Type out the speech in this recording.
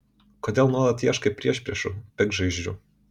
kodėl nuolat ieškai priešpriešų piktžaizdžių